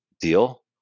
deal